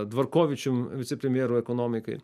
dvorkovičium vicepremjeru ekonomikai